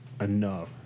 enough